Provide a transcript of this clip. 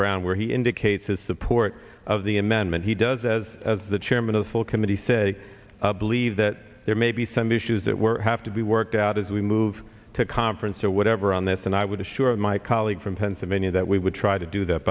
brown where he indicates his support of the amendment he does as as the chairman of the full committee say believe that there may be some issues that were have to be worked out as we move to conference or whatever on this and i would assure my colleague from pennsylvania that we would try to do that